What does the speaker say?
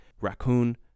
raccoon